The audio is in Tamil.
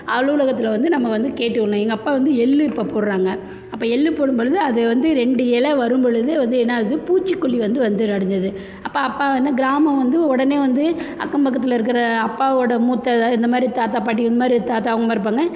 அலுவலகத்தில் வந்து நம்ம வந்து கேட்டு விட்ணும் எங்கள் அப்பா எள் இப்போ போடுறாங்க அப்போ எள் போடும் பொழுது அது வந்து ரெண்டு எலை வரும் பொழுது வந்து என்னாகுது பூச்சிக்கொல்லி வந்து வந்து அடைஞ்சது அப்போ அப்பா என்ன கிராமம் வந்து உடனே வந்து அக்கம் பக்கத்தில் இருக்கிற அப்பாவோட மூத்த இதாக இந்த மாதிரி தாத்தா பாட்டி இந்த மாதிரி தாத்தா அவங்களாம் இருப்பாங்கள்